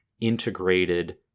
integrated